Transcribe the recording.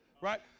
right